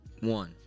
one